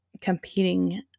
competing